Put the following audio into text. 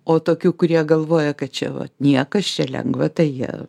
o tokių kurie galvoja kad čia vat niekas čia lengva tai jie